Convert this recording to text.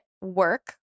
work